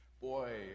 boy